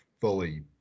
fully